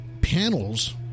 panels